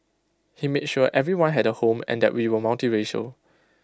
he made sure everyone had A home and that we were multiracial